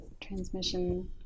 transmission